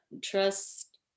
Trust